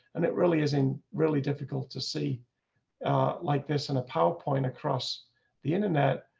and it really is in really difficult to see like this in a powerpoint across the internet.